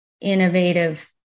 innovative